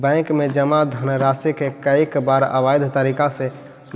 bank में जमा धनराशि के कईक बार अवैध तरीका से